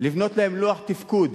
לבנות להם לוח תפקוד,